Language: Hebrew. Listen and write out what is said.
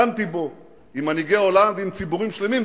דנתי בו עם מנהיגי העולם ועם ציבורים שלמים,